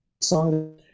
song